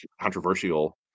controversial